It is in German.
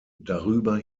darüber